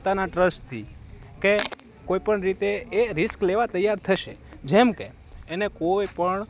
પોતાના ટ્રસ્ટથી કે કોઈપણ રીતે એ રિસ્ક લેવા તૈયાર થશે જેમકે એને કોઈ પણ